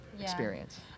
experience